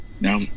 Now